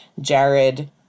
Jared